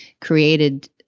created